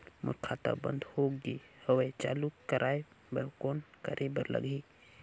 मोर खाता बंद हो गे हवय चालू कराय बर कौन करे बर लगही?